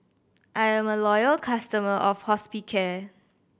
I'm a loyal customer of Hospicare